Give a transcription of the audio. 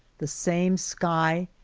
the same sky,